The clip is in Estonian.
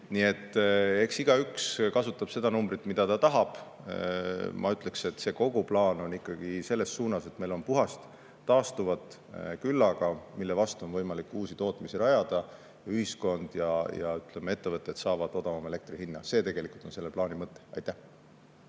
et eks igaüks kasutab seda numbrit, mida ta tahab. Ma ütleksin, et see kogu plaan on ikkagi selles suunas, et meil on küllaga puhast, taastuvat energiat, mille vastu on võimalik uusi tootmisi rajada. Ühiskond ja ettevõtted saavad odavama elektri hinna. See on tegelikult selle plaani mõte. Aitäh!